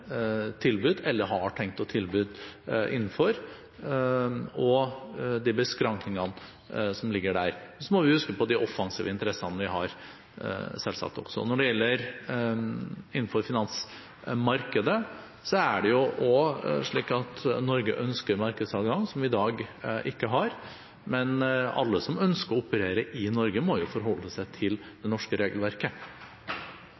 eller har tenkt å ha – tilbud innenfor, og de beskrankningene som ligger der. Så må vi selvsagt også huske på de offensive interessene vi har. Når det gjelder finansmarkedet, er det også slik at Norge ønsker markedsadgang som vi i dag ikke har, men alle som ønsker å operere i Norge, må jo forholde seg til det norske regelverket.